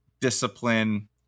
discipline